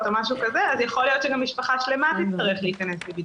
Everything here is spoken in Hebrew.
יכול להיות שמשפחה שלמה תצטרך להיכנס לבידוד.